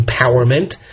empowerment